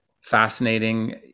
fascinating